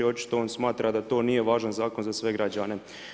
Očito on smatra da to nije važan zakon za sve građane.